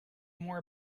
more